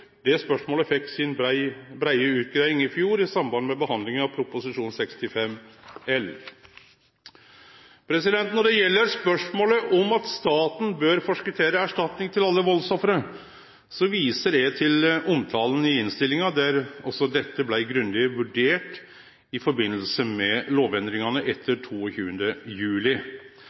Det spørsmålet fekk si breie utgreiing i fjor i samband med behandlinga av Prop. 65 L for 2011–2012. Når det gjeld spørsmålet om at staten bør forskottere erstatning til alle valdsoffer, viser eg til omtalen i innstillinga der også dette blei grundig vurdert i samband med lovendringane etter 22. juli.